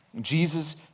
Jesus